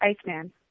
Iceman